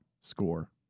score